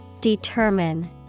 Determine